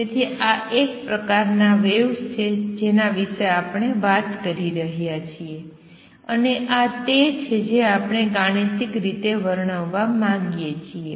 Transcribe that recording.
તેથી આ એક પ્રકારના વેવ્સ છે જેના વિશે આપણે વાત કરી રહ્યા છીએ અને આ તે છે જે આપણે ગાણિતિક રીતે વર્ણવવા માંગીએ છીએ